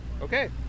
Okay